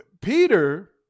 Peter